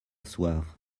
soir